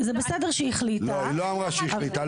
זה בסדר שהיא החליטה לא היא לא אמרה שהיא החליטה,